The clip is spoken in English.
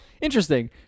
Interesting